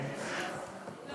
לא,